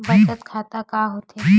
बचत खाता का होथे?